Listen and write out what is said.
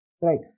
Right